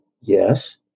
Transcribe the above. Yes